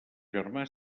germà